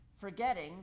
forgetting